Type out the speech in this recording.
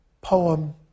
poem